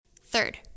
Third